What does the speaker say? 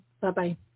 Bye-bye